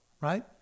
Right